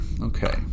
Okay